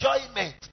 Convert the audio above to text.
enjoyment